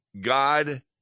God